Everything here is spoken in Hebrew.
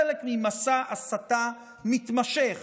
חלק ממסע הסתה מתמשך